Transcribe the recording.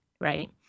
Right